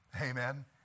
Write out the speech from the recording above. Amen